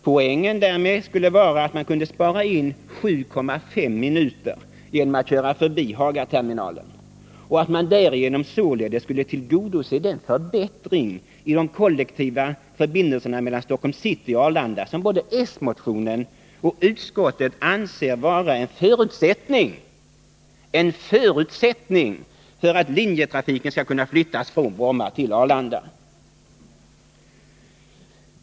Poängen därmed skulle vara att man kunde spara in 7,5 minuter genom att köra förbi Hagaterminalen och att man därigenom således skulle tillgodose den förbättring i de kollektiva förbindelserna mellan Stockholms city och Arlanda som både den socialdemokratiska motionen och utskottet anser vara en förutsättning för att linjetrafiken skall kunna flyttas från Bromma till Arlanda.